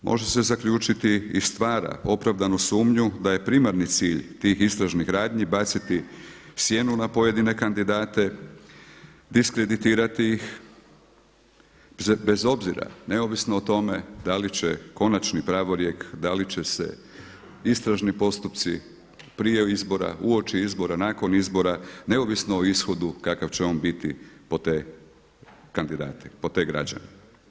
Može se zaključiti i stvara opravdanu sumnju da je primarni cilj tih istražnih radnji baciti sjenu na pojedine kandidate, diskreditirati ih bez obzira neovisno o tome da li će konačni pravorijek, da li će se istražni postupci prije izbora, uoči izbora, nakon izbora, neovisno o ishodu kakav će on biti po te kandidate, po te građane.